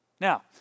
Now